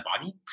body